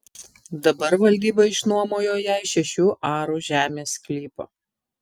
dabar valdyba išnuomojo jai šešių arų žemės sklypą